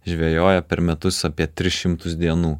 žvejoja per metus apie tris šimtus dienų